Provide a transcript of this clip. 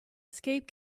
escape